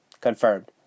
Confirmed